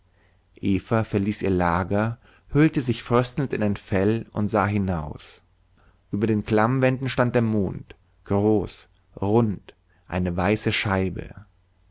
verließ ihr lager hüllte sich fröstelnd in ein fell und sah hinaus über den klammwänden stand der mond groß rund eine weiße scheibe